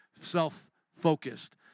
self-focused